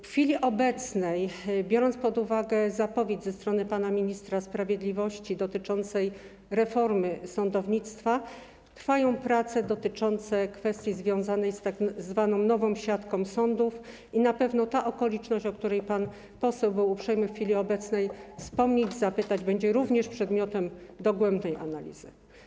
W chwili obecnej - trzeba wziąć pod uwagę zapowiedź ze strony pana ministra sprawiedliwości dotyczącą reformy sądownictwa - trwają prace dotyczące kwestii związanej z tzw. nową siatką sądów i na pewno okoliczność, o której pan poseł był uprzejmy w chwili obecnej wspomnieć, o którą zapytał, będzie również przedmiotem dogłębnej analizy.